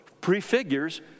prefigures